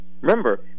remember